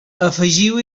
afegiu